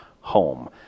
home